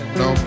no